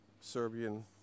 Serbian